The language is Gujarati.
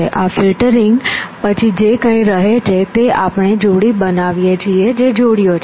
આ ફિલ્ટરિંગ પછી જે કંઈ રહે છે તે આપણે જોડી બનાવીએ છીએ જે જોડીઓ છે